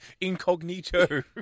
incognito